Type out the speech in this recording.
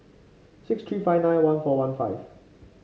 six three five nine one four one five